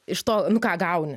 iš to ką gauni